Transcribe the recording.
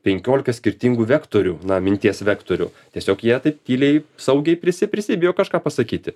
penkiolika skirtingų vektorių na minties vektorių tiesiog jie taip tyliai saugiai prisi prisibijo kažką pasakyti